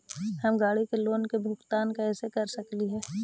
हम गाड़ी के लोन के भुगतान कैसे कर सकली हे?